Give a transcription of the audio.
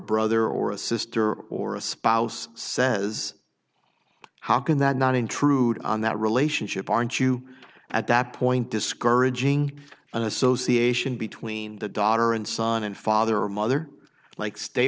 brother or a sister or a spouse says how can that not intrude on that relationship aren't you at that point discouraging an association between the daughter and son and father or mother like stay